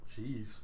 Jeez